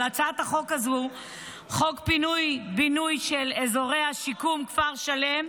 אבל חוק בינוי ופינוי של אזורי שיקום (כפר שלם)